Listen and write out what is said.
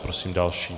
Prosím další.